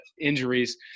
injuries